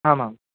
आमाम्